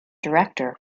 director